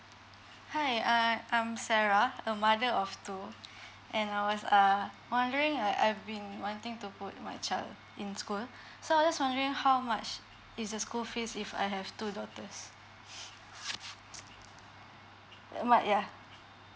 hi err I'm sarah a mother of two and I was a wondering uh I've been wanting to put my child in school so just wondering how much is the school fees if I have two daughters